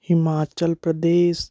Himachal Pradesh